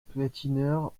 patineur